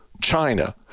China